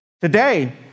Today